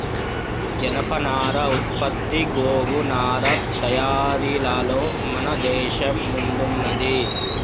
జనపనార ఉత్పత్తి గోగు నారా తయారీలలో మన దేశం ముందున్నది